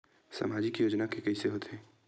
सामाजिक योजना के कइसे होथे?